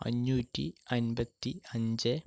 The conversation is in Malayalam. അഞ്ഞൂറ്റി അൻപത്തി അഞ്ച്